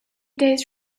days